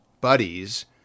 buddies